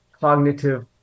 cognitive